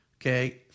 Okay